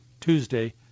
Tuesday